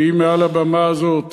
אני מעל הבמה הזאת